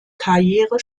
karriere